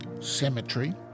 Cemetery